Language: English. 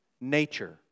nature